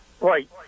Right